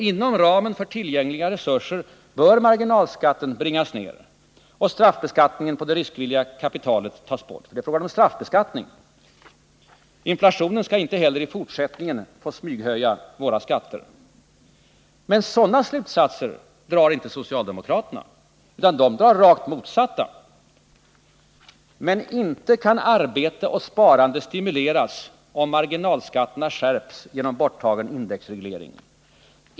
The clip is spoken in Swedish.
Inom ramen för tillgängliga resurser bör marginalskatten nedbringas och straffbeskattningen av det riskvilliga kapitalet tas bort — för det är fråga om en straffbeskattning! Inflationen skall inte heller i fortsättningen få smyghöja våra skatter. Men sådana slutsatser drar inte socialdemokraterna, utan de drar de rakt motsatta. Inte kan arbete och sparande stimuleras, om marginalskatterna skärps genom borttagen indexreglering!